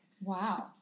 Wow